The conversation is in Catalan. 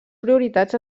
prioritats